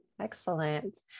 Excellent